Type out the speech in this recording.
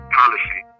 policy